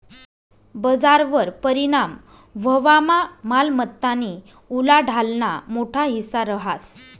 बजारवर परिणाम व्हवामा मालमत्तानी उलाढालना मोठा हिस्सा रहास